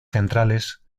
centrales